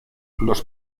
los